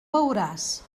veuràs